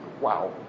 Wow